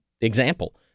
example